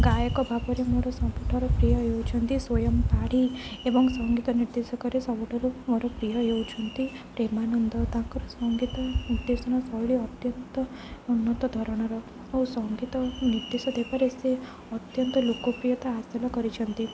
ଗାୟକ ଭାବରେ ମୋର ସବୁଠାରୁ ପ୍ରିୟ ହେଉଛନ୍ତି ଶ୍ଵୟଂ ପାଢ଼ୀ ଏବଂ ସଙ୍ଗୀତ ନିର୍ଦ୍ଦେଶକରେ ସବୁଠାରୁ ମୋର ପ୍ରିୟ ହେଉଛନ୍ତି ପ୍ରେମାନନ୍ଦ ତାଙ୍କର ସଙ୍ଗୀତ ନିର୍ଦ୍ଦେଶନ ଶୈଳୀ ଅତ୍ୟନ୍ତ ଉନ୍ନତ ଧରଣର ଓ ସଙ୍ଗୀତ ନିର୍ଦ୍ଦେଶ ଦେବାରେ ସେ ଅତ୍ୟନ୍ତ ଲୋକପ୍ରିୟତା ହାସଲ କରିଛନ୍ତି